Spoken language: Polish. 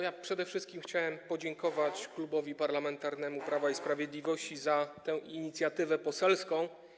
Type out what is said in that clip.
Ja przede wszystkim chciałem podziękować Klubowi Parlamentarnemu Prawo i Sprawiedliwość za tę inicjatywę poselską.